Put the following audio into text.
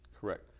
Correct